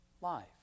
life